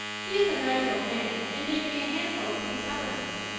he is a nice old man and gave me a handful of pink peppermints.